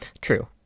True